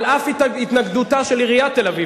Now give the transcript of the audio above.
על אף התנגדותה של עיריית תל-אביב,